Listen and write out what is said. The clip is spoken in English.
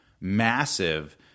massive